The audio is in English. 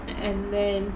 and then